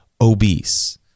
obese